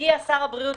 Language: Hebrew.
הגיע שר הבריאות